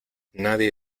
nadie